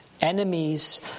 Enemies